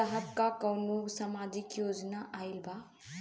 साहब का कौनो सामाजिक योजना आईल बा?